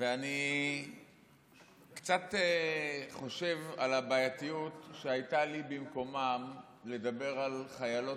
ואני קצת חושב על הבעייתיות שהייתה לי במקומם לדבר על חיילות,